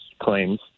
claims